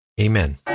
Amen